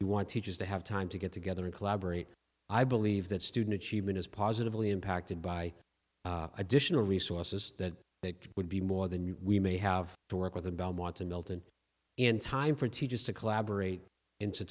you want teachers to have time to get together and collaborate i believe that student achievement is positively impacted by additional resources that they would be more than we may have to work with or belmont to milton in time for teachers to collaborate and to